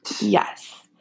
Yes